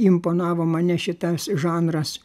imponavo mane šitas žanras